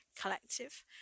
collective